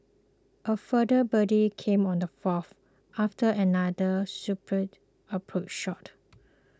a further birdie came on the fourth after another superb approach shot